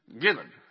given